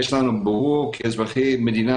כאזרחי המדינה